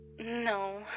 No